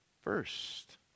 first